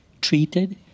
treated